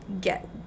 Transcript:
get